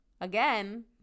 Again